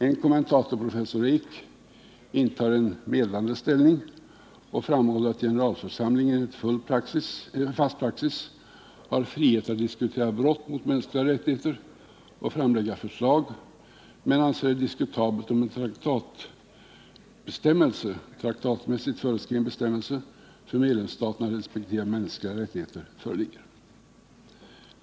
En kommentator, professor Eek, intar en medlande ställning och framhåller att generalförsamlingen enligt fast praxis har frihet att diskutera brott mot mänskliga rättigheter och framlägga förslag men anser det diskutabelt om traktatmässigt föreskriven bestämmelse för medlemsstater att respektera mänskliga rättigheter föreligger.